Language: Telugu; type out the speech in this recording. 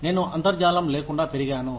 నేను అంతర్జాలం లేకుండా పెరిగాను